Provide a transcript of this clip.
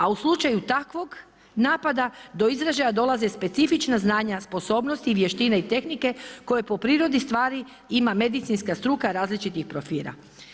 A u slučaju takvog napada do izražaja dolaze specifična znanja, sposobnosti i vještine i tehnike koje po prirodi stvari ima medicinska struka različitih profila.